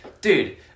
Dude